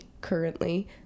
currently